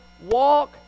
walk